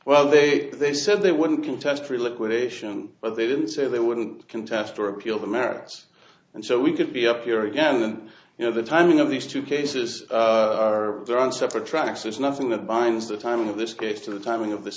well they they said they wouldn't contest for liquidation but they didn't say they wouldn't contest or appeal the merits and so we could be up here again and you know the timing of these two cases are there on separate tracks there's nothing that binds the timing of this case to the timing of th